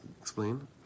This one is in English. Explain